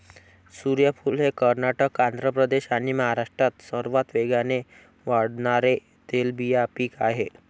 सूर्यफूल हे कर्नाटक, आंध्र प्रदेश आणि महाराष्ट्रात सर्वात वेगाने वाढणारे तेलबिया पीक आहे